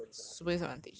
super super disadvantaged